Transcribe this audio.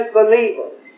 believers